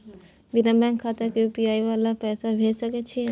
बिना बैंक खाता के यु.पी.आई वाला के पैसा भेज सकै छिए की?